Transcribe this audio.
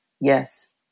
Yes